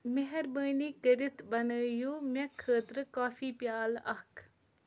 مہربٲنی کٔرِتھ بناوِو مےٚ خٲطرٕ کافی پیٛالہٕ اَکھ